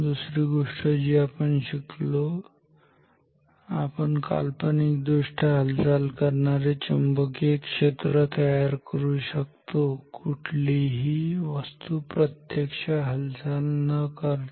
दुसरी गोष्ट जी आपण शिकलो की आपण काल्पनिक दृष्ट्या हालचाल करणारे चुंबकीय क्षेत्र तयार करू शकतो कुठलीही वस्तू प्रत्यक्ष हालचाल न करता